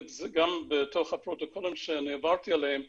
זה גם בתוך הפרוטוקולים שאני עברתי עליהם,